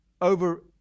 over